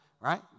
right